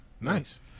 Nice